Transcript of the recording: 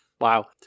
Wow